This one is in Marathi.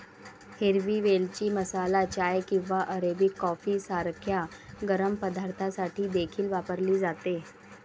हिरवी वेलची मसाला चाय किंवा अरेबिक कॉफी सारख्या गरम पदार्थांसाठी देखील वापरली जाते